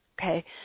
Okay